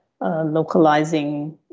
Localizing